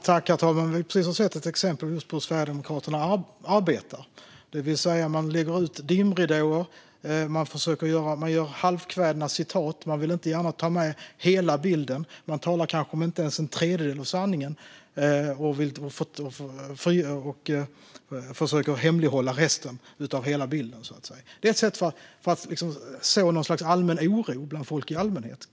Herr talman! Vi har precis sett ett exempel på hur Sverigedemokraterna arbetar. De lägger ut dimridåer. De tar upp halvkvädna citat, tar inte med hela bilden, säger kanske enbart en tredjedel av sanningen och försöker hemlighålla resten av hela bilden. Det här är ett sätt att så oro bland folk i allmänhet.